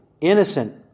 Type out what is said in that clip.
innocent